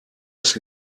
das